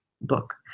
book